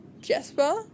Jesper